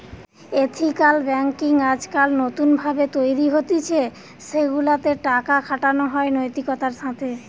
ethical banking আজকাল নতুন ভাবে তৈরী হতিছে সেগুলা তে টাকা খাটানো হয় নৈতিকতার সাথে